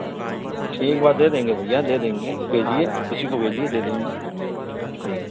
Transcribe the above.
ठीक बा दे देंगे भैया दे देंगे भेजिए किसी को भेजिए दे देंगे हाँ ठीक